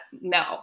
no